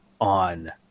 on